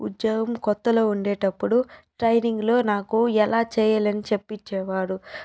ఉద్యోగం కొత్తలో ఉండేటప్పుడు ట్రైనింగ్ లో నాకు ఎలా చేయాలని చెప్పించేవారు